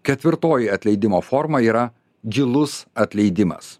ketvirtoji atleidimo forma yra gilus atleidimas